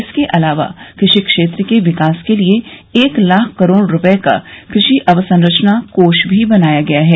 इसके अलावा कृषि क्षेत्र के विकास के लिए एक लाख करोड़ रुपये का कृषि अवसंरचना कोष भी बनाया गया है